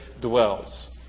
dwells